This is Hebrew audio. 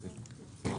אוקיי.